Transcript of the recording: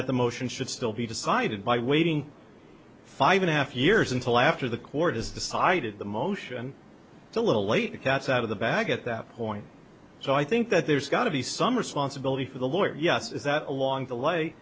that the motion should still be decided by waiting five and a half years until after the court has decided the motion it's a little late the cat's out of the bag at that point so i think that there's got to be some responsibility for the lawyer yes is that along the way